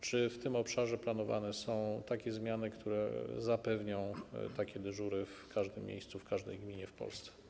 Czy w tym obszarze planowane są zmiany, które zapewnią takie dyżury w każdym miejscu, w każdej gminie w Polsce?